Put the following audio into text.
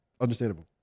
understandable